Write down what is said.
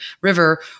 river